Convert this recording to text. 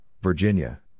Virginia